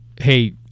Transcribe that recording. hey